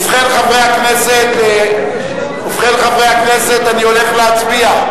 ובכן, חברי הכנסת, אני הולך להצביע.